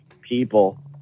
people